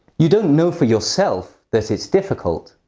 you don't know for yourself that it's difficult.